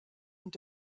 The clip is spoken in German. und